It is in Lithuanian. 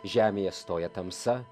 žemėje stoja tamsa